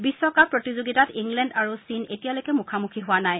বিশ্বকাপ প্ৰতিযোগিতাত ইংলেণ্ড আৰু চীন এতিয়ালৈকে মুখামুখি হোৱা নাই